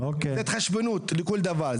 זו התחשבנות לכל דבר.